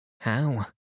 How